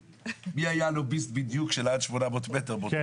מי היה לוביסטים של עד 800 ומ-800, אבל בסדר.